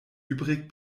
übrig